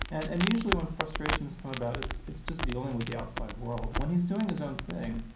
and and usually when frustrations come about, it's it's just dealing with the outside world. when he's doing his own thing